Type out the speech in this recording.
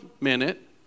minute